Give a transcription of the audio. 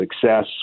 success